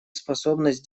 способность